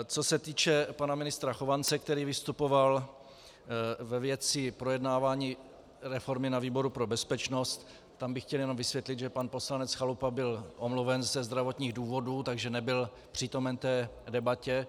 Co se týče pana ministra Chovance, který vystupoval ve věci projednávání reformy na výboru pro bezpečnost, tam bych chtěl jenom vysvětlit, že pan poslanec Chalupa byl omluven ze zdravotních důvodů, takže nebyl přítomen té debatě.